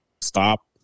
stop